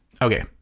Okay